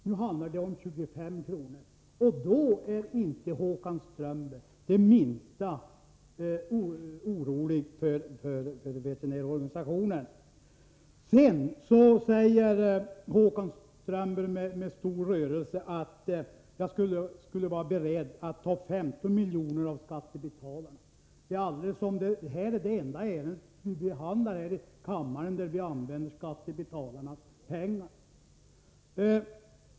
Nu handlar det om 25 kr., men nu är Håkan Strömberg inte det minsta orolig för veterinärorganisationen. Håkan Strömberg säger med stor rörelse att jag skulle vara beredd att ta 15 milj.kr. från skattebetalarna — alldeles som om det här är det enda ärende vi behandlar här i kammaren där vi använder skattebetalarnas pengar!